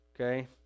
okay